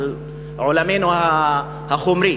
על עולמנו החומרי.